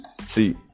See